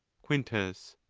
quintus.